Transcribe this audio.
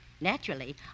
Naturally